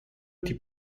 die